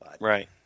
Right